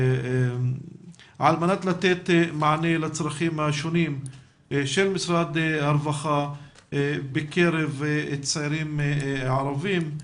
על מנת לתת מענה לצרכים השונים של משרד הרווחה בקרב צעירים ערבים.